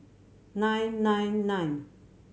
nine nine nine